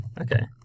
Okay